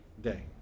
day